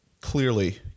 clearly